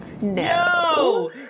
No